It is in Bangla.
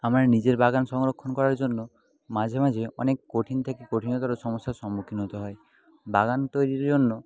আমার নিজের বাগান সংরক্ষণ করার জন্য মাঝে মাঝে অনেক কঠিন থেকে কঠিনতর সমস্যার সম্মুখীন হতে হয় বাগান তৈরির জন্য